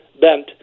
bent